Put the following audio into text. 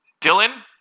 Dylan